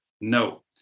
No